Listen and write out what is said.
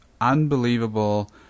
unbelievable